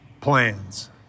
plans